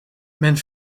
men